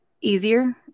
easier